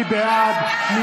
מי בעד?